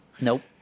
Nope